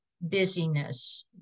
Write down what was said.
busyness